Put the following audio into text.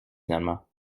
finalement